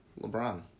LeBron